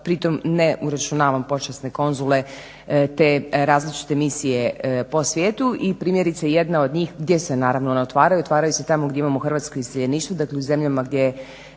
pri tome ne uračunavam počasne konzule te različite misije po svijetu. I primjerice jedna od njih gdje se one naravno one otvaraju, otvaraju se tamo gdje imamo hrvatsko iseljeništvo dakle u zemljama gdje